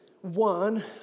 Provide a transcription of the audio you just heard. One